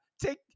take